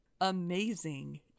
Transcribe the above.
amazing